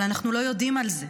אבל אנחנו לא יודעים על זה.